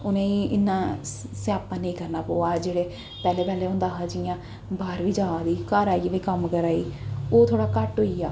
उ'नें गी इन्ना स स्यापा निं करना पवा दा जेह्ड़े पैह्लें पैह्लें होंदा हा जि'यां बाह्र बी जा दी घर आइयै बी कम्म करा दी ओह् थोह्ड़ा घट्ट होई गेआ